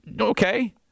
okay